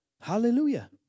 Hallelujah